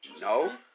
no